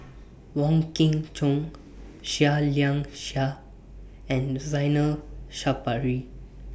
Wong Kin Jong Seah Liang Seah and Zainal Sapari